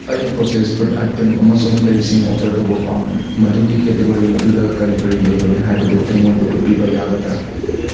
ꯑꯩ process food item ꯑꯃꯁꯨꯡ ꯂꯩꯁꯤꯡ ꯑꯣꯗꯔ ꯇꯧꯕ ꯄꯥꯝꯃꯤ ꯃꯗꯨꯒꯤ ꯀꯦꯇꯒꯣꯔꯤ ꯑꯗꯨꯗ ꯀꯔꯤ ꯀꯔꯤ ꯂꯩꯕꯒꯦ ꯍꯥꯏꯕꯗꯨ ꯑꯩꯉꯣꯟꯗ ꯎꯠꯄꯤꯕ ꯌꯥꯒꯗ꯭ꯔꯥ